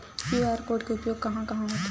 QR code के उपयोग कहां कहां होथे?